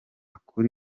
kuri